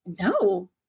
No